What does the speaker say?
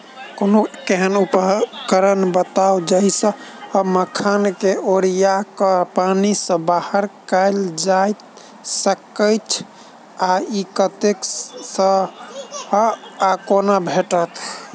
कोनों एहन उपकरण बताऊ जाहि सऽ मखान केँ ओरिया कऽ पानि सऽ बाहर निकालल जा सकैच्छ आ इ कतह सऽ आ कोना भेटत?